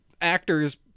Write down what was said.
actors